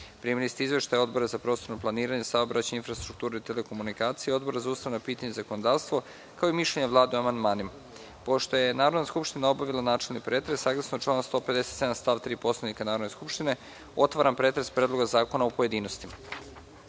ste izveštaje Odbora za prostorno planiranje, saobraćaj, infrastrukturu i telekomunikacije i Odbora za ustavna pitanja i zakonodavstvo, kao i mišljenje Vlade o amandmanima. Pošto je Narodna skupština obavila načelni pretres, saglasno članu 157. stav 3 Poslovnika Narodne skupštine, otvaram pretres Predloga zakona u pojedinostima. Na